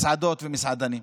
מסעדות ומסעדנים,